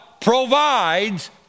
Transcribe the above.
provides